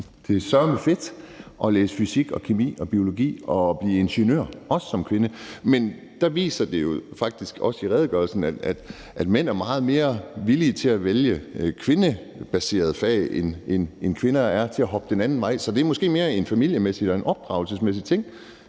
Det er søreme fedt at læse fysik, kemi og biologi og blive ingeniør, også som kvinde. Men der viser redegørelsen jo faktisk også, at mænd er meget mere villige til at vælge kvindebaserede fag, end kvinder er til at hoppe den anden vej. Så det er måske mere en familiemæssig og en opdragelsesmæssig ting,